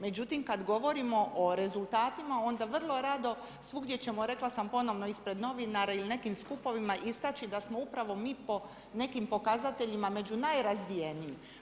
Međutim kad govorimo o rezultatima onda vrlo rado svugdje ćemo, rekla sam ponovno ispred novinara ili nekim skupovima istači da smo upravo mi po nekim pokazateljima među najrazvijenijim.